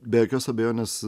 be jokios abejonės